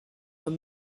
were